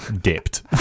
dipped